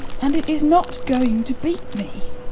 and it is not going to beat me.